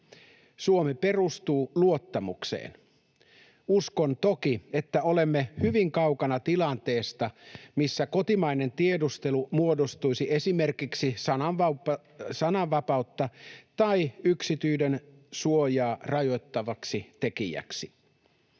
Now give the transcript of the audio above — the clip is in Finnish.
Suomi perustuu luottamukseen. Uskon toki, että olemme hyvin kaukana tilanteesta, missä kotimainen tiedustelu muodostuisi esimerkiksi sananvapautta tai yksityisyydensuojaa rajoittavaksi tekijäksi.